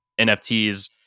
nfts